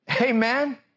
Amen